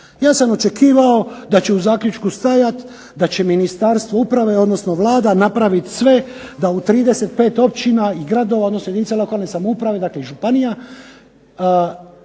Ja sam očekivao da će u zaključku stajati da će Ministarstvo uprave, odnosno Vlada napraviti sve da u 35 općina i gradova, odnosno jedinica lokalne samouprave, dakle i županija